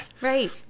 Right